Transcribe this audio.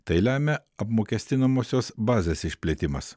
tai lemia apmokestinamosios bazės išplėtimas